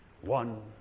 one